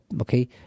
okay